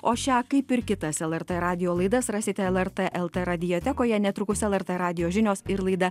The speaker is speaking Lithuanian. o šią kaip ir kitas lrt radijo laidas rasite lrt lt radiotekoje netrukus lrt radijo žinios ir laida